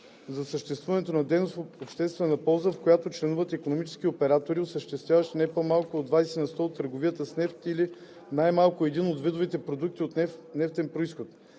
за осъществяване на дейност в обществена полза, в която членуват икономически оператори, осъществяващи не по-малко от 20 на сто от търговията с нефт или най-малко един от видовете продукти от нефтен произход,